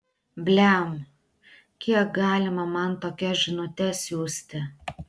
blem kiek galima man tokias žinutes siųsti